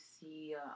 see